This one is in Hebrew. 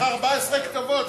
היו לך 14 כתובות,